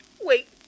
Wait